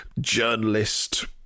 journalist